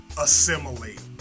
assimilate